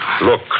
Look